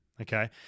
okay